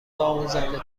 آموزنده